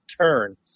turn